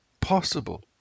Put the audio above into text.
possible